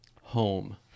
home